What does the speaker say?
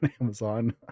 Amazon